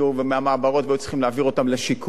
ומהמעברות היו צריכים להעביר אותם לשיכון,